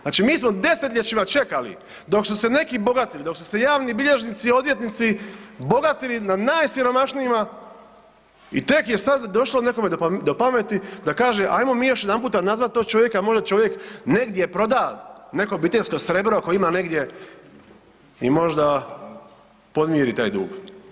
Znači, mi smo desetljećima čekali dok su se neki bogatili, dok su se javni bilježnici i odvjetnici bogatili na najsiromašnijima i tek je sad došlo nekome do pameti da kaže ajmo mi još jedanputa nazvat tog čovjeka možda čovjek negdje proda neko obiteljsko srebro ako ima negdje i možda podmiri taj dug.